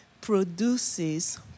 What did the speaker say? produces